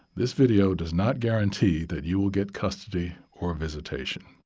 this video does not guarantee that you will get custody or visitation.